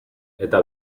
eta